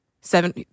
Seven